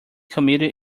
committee